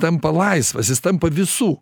tampa laisvas jis tampa visų